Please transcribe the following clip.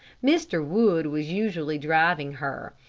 mr. wood was usually driving her.